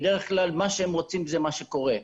בדרך כלל מה שהם רוצים זה מה שקורה.